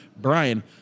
Brian